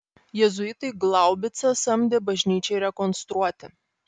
jėzuitai glaubicą samdė bažnyčiai rekonstruoti